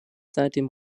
seitdem